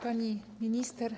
Pani Minister!